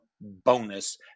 bonus